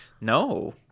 No